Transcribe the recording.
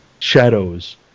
Shadows